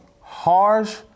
harsh